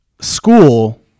school